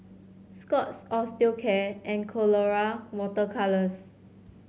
Scott's Osteocare and Colora Water Colours